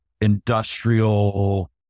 industrial